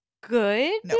good